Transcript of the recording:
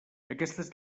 aquestes